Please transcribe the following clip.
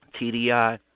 TDI